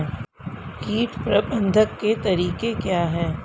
कीट प्रबंधन के तरीके क्या हैं?